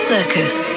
Circus